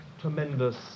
tremendous